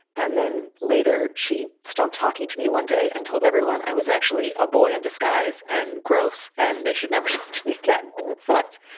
and then later she stopped talking to me one day and told everyone i was actually a boy in disguise and gross and they should never talk to me again. and that sucked.